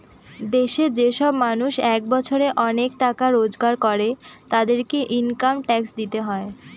দেশে যে সব মানুষ এক বছরে অনেক টাকা রোজগার করে, তাদেরকে ইনকাম ট্যাক্স দিতে হয়